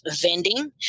Vending